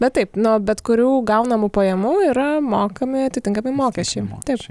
bet taip nuo bet kurių gaunamų pajamų yra mokami atitinkami mokesčiai taip